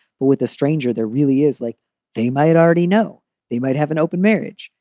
but with a stranger, there really is like they might already know they might have an open marriage,